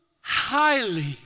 highly